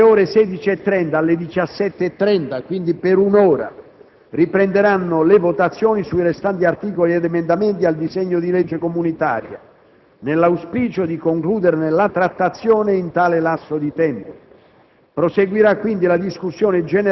Oggi pomeriggio, dalle ore 16,30 alle ore 17,30, quindi per un'ora, riprenderanno le votazioni sui restanti articoli ed emendamenti al disegno di legge comunitaria, nell'auspicio di concluderne la trattazione in tale lasso di tempo.